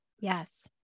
Yes